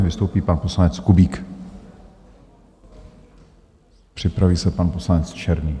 Vystoupí pan poslanec Kubík, připraví se pan poslanec Černý.